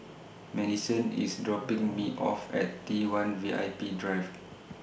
Madisen IS dropping Me off At T one V I P Drive